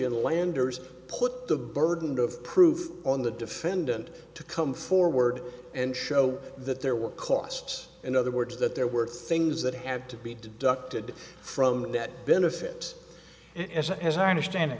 the landers put the burden of proof on the defendant to come forward and show that there were costs in other words that there were things that have to be deducted from that benefit and s as i understand